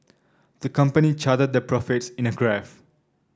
the company charted their profits in a graph